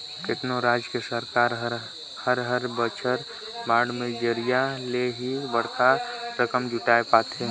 केतनो राज के सरकार हर हर बछर बांड के जरिया ले ही बड़खा रकम जुटाय पाथे